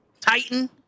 titan